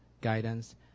guidance